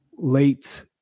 late